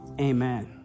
Amen